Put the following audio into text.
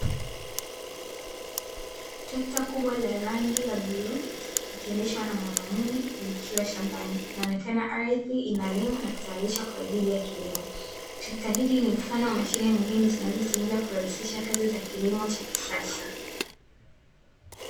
Trekta kubwa la rangi ya bluu likiendeshwa na mwanamume likiwa shambani ,inaonekana ardhi inalimwa na kutayarishwa kwaajili ya kilimo .trekta hili ni mfano wa mashine muhumi zinazotumika kurahisisha kazi za kilimo cha kisasa.